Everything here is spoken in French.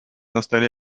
installé